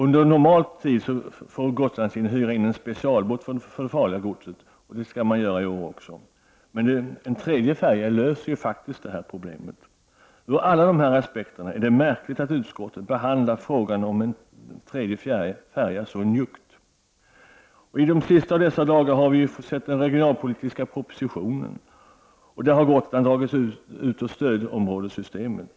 Under normal tid får Gotlandslinjen hyra in en specialbåt för det farliga godset. Det skall även ske i år. Men en tredje färja löser det här problemet. Ur alla dessa aspekter är det märkligt att utskottet behandlar frågan om en tredje färja så njuggt. I de sista av dessa dagar har den regionalpolitiska propositionen kommit, och där har Gotland dragits ur stödområdessystemet.